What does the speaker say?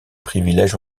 privilèges